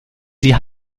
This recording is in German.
sie